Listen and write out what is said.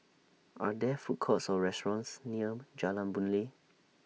Are There Food Courts Or restaurants near Jalan Boon Lay